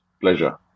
pleasure